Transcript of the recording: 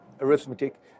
arithmetic